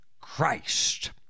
Christ